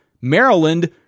Maryland